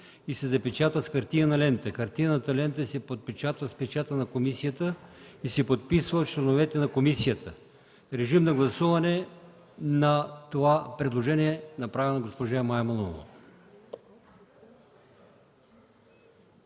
и се запечатват с хартиена лента. Хартиената лента се подпечатва с печата на комисията и се подписва от членовете на комисията”. Режим на гласуване за предложението, направено от госпожа Мая Манолова.